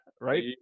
Right